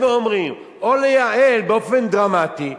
באים ואומרים: או לייעל באופן דרמטי,